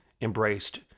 embraced